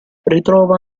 ritrova